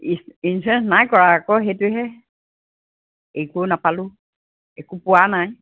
ইচ insurance নাই কৰা আকৌ সেইটোহে একো নাপালোঁ একো পোৱা নাই